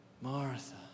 Martha